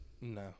No